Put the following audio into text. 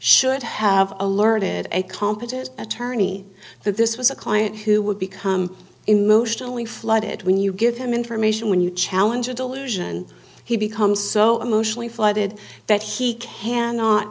should have alerted a competent attorney that this was a client who would become emotionally flooded when you give him information when you challenge a delusion he becomes so emotionally flooded that he cannot